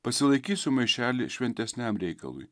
pasilaikysiu maišelį šventesniam reikalui